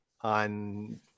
on